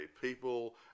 people